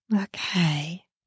Okay